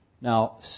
Now